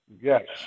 Yes